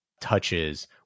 touches